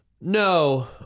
no